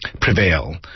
Prevail